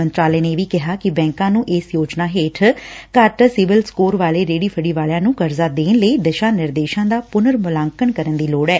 ਮੰਤਰਾਲੇ ਨੇ ਇਹ ਵੀ ਕਿਹੈ ਕਿ ਬੈਂਕਾਂ ਨੂੰ ਇਸ ਯੋਜਨਾ ਹੇਠ ਘੱਟ ਸਿਬਿਲ ਸਕੋਰ ਵਾਲੇ ਰੇਹਤੀ ਫੜੀ ਵਾਲਿਆਂ ਨੂੰ ਕਰਜ਼ਾ ਦੇਣ ਲਈ ਦਿਸ਼ਾ ਨਿਰਦੇਸ਼ਾਂ ਦਾ ਪੁਨਰ ਮੁਲਾਂਕਣ ਕਰਨ ਦੀ ਲੋੜ ਐ